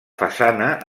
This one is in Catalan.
façana